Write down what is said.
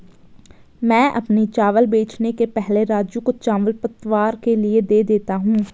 मैं अपने चावल बेचने के पहले राजू को चावल पतवार के लिए दे देता हूं